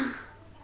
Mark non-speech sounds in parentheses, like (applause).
(noise)